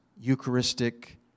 Eucharistic